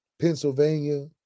Pennsylvania